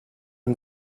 and